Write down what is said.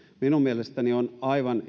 minun mielestäni on aivan